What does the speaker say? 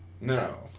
No